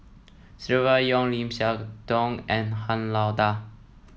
Silvia Yong Lim Siah Tong and Han Lao Da